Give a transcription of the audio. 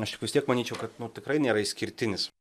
aš vis tiek manyčiau kad nu tikrai nėra išskirtinis